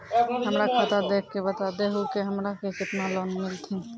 हमरा खाता देख के बता देहु के हमरा के केतना लोन मिलथिन?